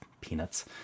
peanuts